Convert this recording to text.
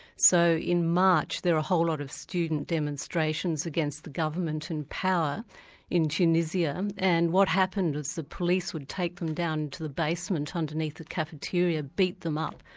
so in march there were a whole lot of student demonstrations against the government in power in tunisia, and what happened was the police would take them down to the basement underneath the cafeteria, beat them up,